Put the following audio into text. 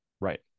Right